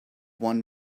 one